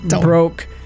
...broke